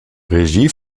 regie